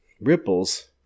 ripples